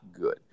good